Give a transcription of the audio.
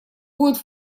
будет